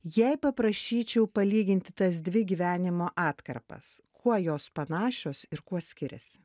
jei paprašyčiau palyginti tas dvi gyvenimo atkarpas kuo jos panašios ir kuo skiriasi